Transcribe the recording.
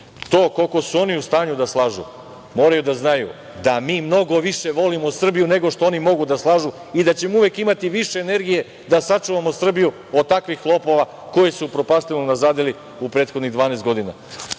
To koliko su oni u stanju da slažu, moraju da znaju da mi mnogo više volimo Srbiju nego što oni mogu da slažu i da ćemo uvek imati više energije da sačuvamo Srbiju od takvih lopova koji su nas upropastili i unazadili u prethodnih 12 godina. Ako